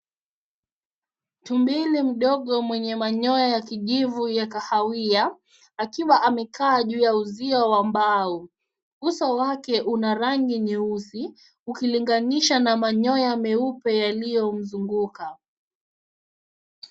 Tumbili mdogo mwenye manyoya ya kijivu kahawia akiwa amekaa juu ya uzio wa mbao. Uso wake una rangi nyeusi ukilinganisha na manyoya meupe yaliyo mzunguka.